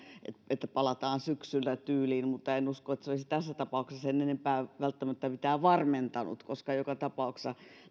tyyliin palataan syksyllä mutta en usko että se olisi tässä tapauksessa sen enempää välttämättä mitään varmentanut koska joka tapauksessa